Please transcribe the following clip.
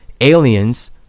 aliens